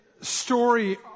story